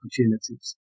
opportunities